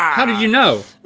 how did you know?